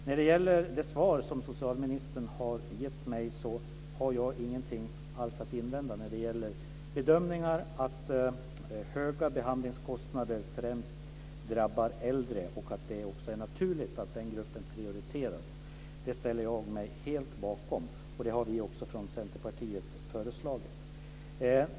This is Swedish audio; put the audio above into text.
När det gäller det svar som socialministern har gett mig har jag ingenting alls att invända vad beträffar bedömningen att höga behandlingskostnader främst drabbar äldre och att det också är naturligt att den gruppen prioriteras. Det ställer jag mig helt bakom, och det har vi från Centerpartiet också föreslagit.